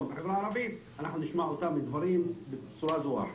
בחברה הערבית נשמע אותם דברים בצורה זהה.